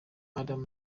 adam